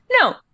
No